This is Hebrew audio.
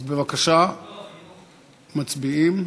אז בבקשה, מצביעים.